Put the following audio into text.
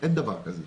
אין דבר כזה,